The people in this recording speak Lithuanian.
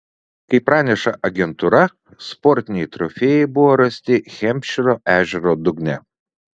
kaip praneša agentūra sportiniai trofėjai buvo rasti hempšyro ežero dugne